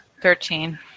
Thirteen